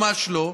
ממש לא,